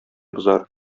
бозар